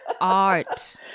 art